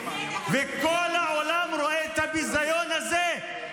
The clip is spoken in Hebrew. וכל העולם רואים את הביזיון הזה.